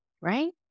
right